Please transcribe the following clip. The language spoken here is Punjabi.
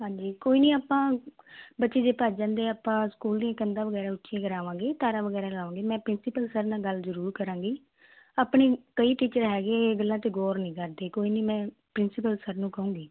ਹਾਂਜੀ ਕੋਈ ਨਹੀਂ ਆਪਾਂ ਬੱਚੇ ਜੇ ਭੱਜ ਜਾਂਦੇ ਆ ਆਪਾਂ ਸਕੂਲ ਦੀਆਂ ਕੰਧਾਂ ਵਗੈਰਾ ਉੱਚੀ ਕਰਾਵਾਂਗੇ ਤਾਰਾਂ ਵਗੈਰਾ ਲਾਵਾਂਗੇ ਮੈਂ ਪ੍ਰਿੰਸੀਪਲ ਸਰ ਨਾਲ ਗੱਲ ਜਰੂਰ ਕਰਾਂਗੀ ਆਪਣੇ ਕਈ ਟੀਚਰ ਹੈਗੇ ਗੱਲਾਂ 'ਤੇ ਗੌਰ ਨਹੀਂ ਕਰਦੇ ਕੋਈ ਨਹੀਂ ਮੈਂ ਪ੍ਰਿੰਸੀਪਲ ਸਰ ਨੂੰ ਕਹਾਂਗੀ